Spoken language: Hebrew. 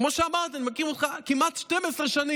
כמו שאמרתי, אני מכיר אותך כמעט 12 שנים,